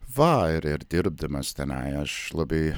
va ir ir dirbdamas tenai aš labai